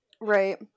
Right